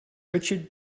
richard